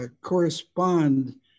correspond